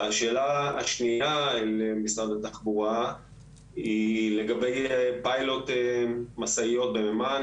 השאלה השניה למשרד התחבורה היא לגבי פיילוט משאיות במימן,